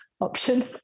option